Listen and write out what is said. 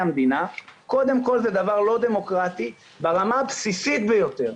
המדינה קודם כל זה דבר לא דמוקרטי ברמה הבסיסית ביותר.